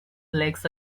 legs